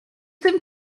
tym